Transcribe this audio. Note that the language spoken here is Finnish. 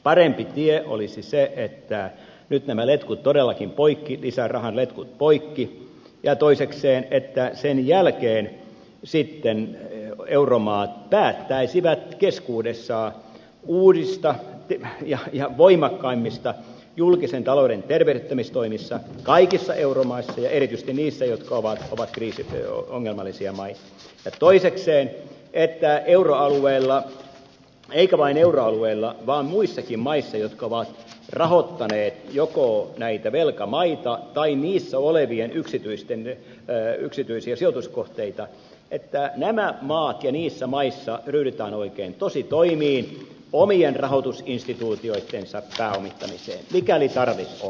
parempi tie olisi se että nyt nämä letkut todellakin laitetaan poikki lisärahan letkut poikki ja että sen jälkeen sitten euromaat päättäisivät keskuudessaan uusista ja voimakkaammista julkisen talouden tervehdyttämistoimista kaikissa euromaissa ja erityisesti niissä jotka ovat ongelmallisia maita ja toisekseen että euroalueella eikä vain euroalueella vaan muissakin maissa jotka ovat rahoittaneet joko näitä velkamaita tai niissä olevia yksityisiä sijoituskohteita että nämä maat ja niissä maissa ryhdytään oikein tositoimin omien rahoitusinstituutioitten pääomittamiseen mikäli tarvis on